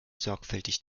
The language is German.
sorgfältig